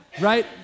right